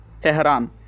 Tehran